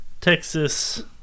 Texas